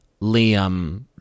Liam